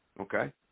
okay